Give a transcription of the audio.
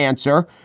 answer.